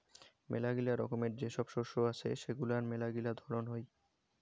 মেলাগিলা রকমের যে সব শস্য আছে সেগুলার মেলাগিলা ধরন হই